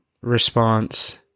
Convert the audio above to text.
response